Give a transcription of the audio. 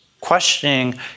questioning